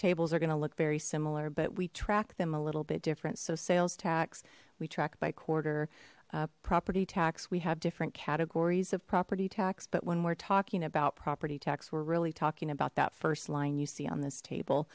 tables are going to look very similar but we track them a little bit different so sales tax we track by quarter property tax we have different categories of property tax but when we're talking about property tax we're really talking about that first line you see on this table